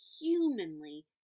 humanly